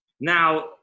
now